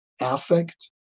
affect